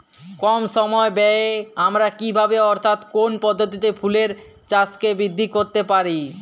কম সময় ব্যায়ে আমরা কি ভাবে অর্থাৎ কোন পদ্ধতিতে ফুলের চাষকে বৃদ্ধি করতে পারি?